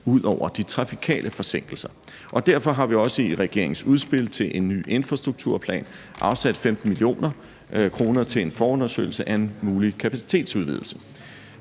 ud over de trafikale forsinkelser. Og derfor har vi også i regeringens udspil til en ny infrastrukturplan afsat 15 mio. kr. til en forundersøgelse af en mulig kapacitetsudvidelse.